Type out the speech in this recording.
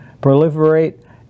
proliferate